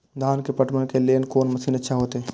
धान के पटवन के लेल कोन मशीन अच्छा होते?